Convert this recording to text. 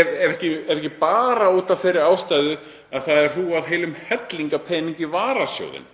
ef ekki nema af þeirri ástæðu að það er hrúgað heilum helling af pening í varasjóðinn